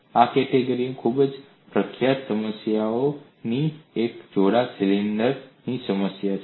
આ કેટેગરીમાં ખૂબ જ પ્રખ્યાત સમસ્યાઓમાંની એક જાડા સિલિન્ડર ની સમસ્યા છે